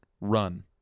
run